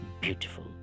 beautiful